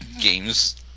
games